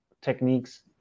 techniques